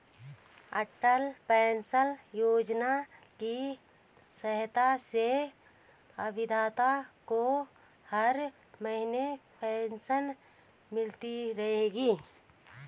अटल pension योजना की सहायता से अभिदाताओं को हर महीने पेंशन मिलती रहेगी